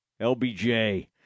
LBJ